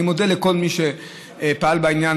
אני מודה לכל מי שפעל בעניין,